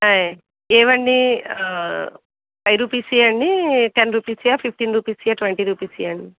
ఆయ్ ఏవండీ ఫైవ్ రూపీస్వా అండి టెన్ రూపీస్వా పిప్టీన్ రూపీస్వా ట్వెంటీ రూపీస్వా అండి